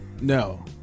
No